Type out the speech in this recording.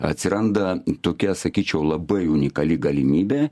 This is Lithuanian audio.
atsiranda tokia sakyčiau labai unikali galimybė